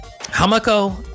Hamako